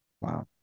Wow